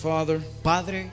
Father